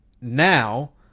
now